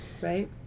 right